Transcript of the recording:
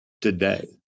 today